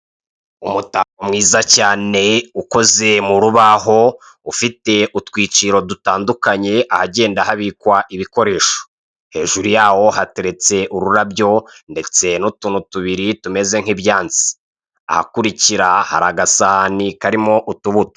Umutako mwiza cyane, ukoze mu rubaho, ufite utwiciro dutandukanye ahagenda habikwa ibikoresho, hejuru yaho hateretse ururabyo ndetse n'untu tubiri tumeze nk'ibyansi, ahakurikira hari agasahani karimo utubuto.